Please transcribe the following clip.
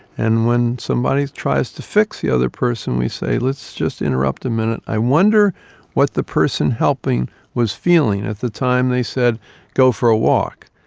and when somebody tries to fix the other person we say let's just interrupted a minute, i wonder what the person helping was feeling at the time they said go for a walk?